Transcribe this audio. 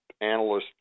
analysts